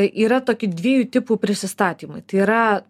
yra tokie dviejų tipų prisistatymai tai yra